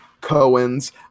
Cohen's